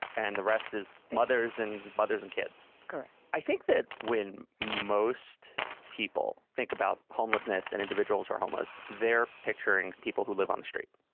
and the rest is mothers and mothers and kids. i think that when most people think about homelessness and individuals who are homeless, they're picturing people who live on the street.